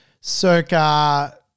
circa